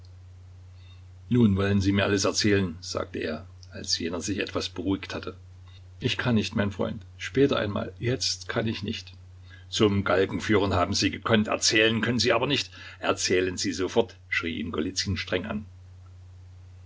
nun wollen sie mir alles erzählen sagte er als jener sich etwas beruhigt hatte ich kann nicht mein freund später einmal jetzt kann ich nicht zum galgen führen haben sie gekonnt erzählen können sie aber nicht erzählen sie sofort schrie ihn golizyn streng an